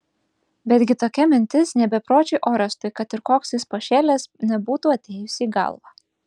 betgi tokia mintis nė bepročiui orestui kad ir koks jis pašėlęs nebūtų atėjusi į galvą